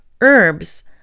herbs